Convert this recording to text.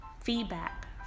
feedback